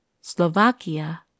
Slovakia